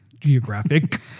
Geographic